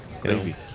Crazy